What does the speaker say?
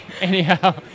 Anyhow